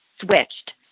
switched